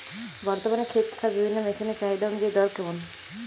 বর্তমানে ক্ষেত চষার বিভিন্ন মেশিন এর চাহিদা অনুযায়ী দর কেমন?